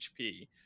HP